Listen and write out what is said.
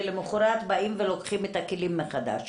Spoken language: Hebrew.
ולמוחרת לוקחים את הכלים מחדש.